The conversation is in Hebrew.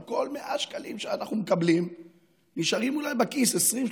על כל 100 שקלים שאנחנו מקבלים נשארים בכיס אולי 20,